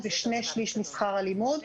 זה שני-שלישים משכר הלימוד,